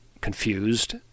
confused